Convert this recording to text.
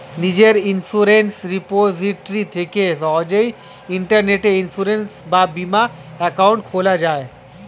নিজের insurance repository থেকে সহজেই ইন্টারনেটে ইন্সুরেন্স বা বীমা অ্যাকাউন্ট খোলা যায়